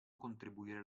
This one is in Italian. contribuire